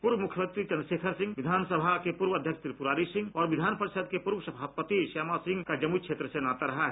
पूर्व मुख्यमंत्री चंद्रशेखर सिंह विधान सभा के पूर्व अध्यक्ष त्रिपुरारी सिंह और विधान परिषद के पूर्व सभापति श्याम प्रसाद सिंह का क्षेत्र से नाता रहा है